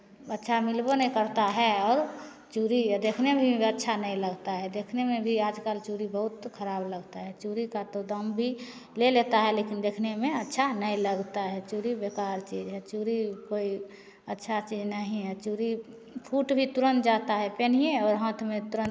अच्छा मिलबो नहीं करता है और चूड़ी देखने में भी अच्छा नहीं लगता है देखने में भी आज कल चूड़ी बहुत खराब लगता है चूड़ी का तो दाम भी ले लेता है लेकिन देखने में अच्छा नहीं लगता है चूड़ी बेकार चीज़ है चूड़ी कोई अच्छा चीज़ नहीं है चूड़ी फूट भी तुरंत जाता है पेन्हिये और हाथ में तुरंत